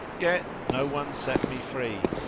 yet no one set me free.